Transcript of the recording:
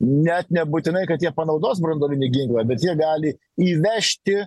net nebūtinai kad jie panaudos branduolinį ginklą bet jie gali įvežti